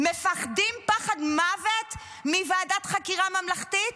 מפחדים פחד מוות מוועדת חקירה ממלכתית?